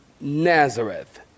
Nazareth